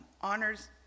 honors